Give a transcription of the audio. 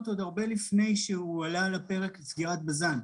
עוד הרבה לפני שהועלתה על הפרק סגירת בזן.